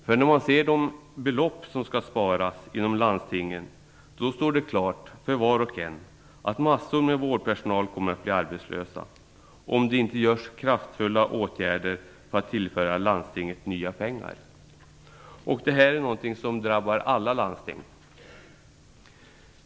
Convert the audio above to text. För när man ser de belopp som skall sparas inom landstingen står det klart för var och en att mängder av vårdpersonal kommer att bli arbetslösa, om det inte vidtas kraftfulla åtgärder för att tillföra landstingen nya pengar. Det här är någonting som drabbar alla landsting.